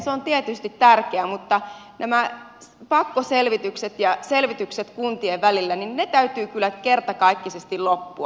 se on tietysti tärkeää mutta näiden pakkoselvitysten kuntien välillä täytyy kyllä kertakaikkisesti loppua